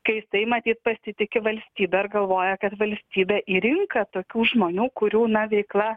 kai jisai matyt pasitiki valstybe ir galvoja kad valstybė į rinką tokių žmonių kurių na veikla